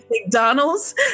McDonald's